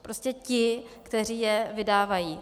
Prostě ti, kteří je vydávají.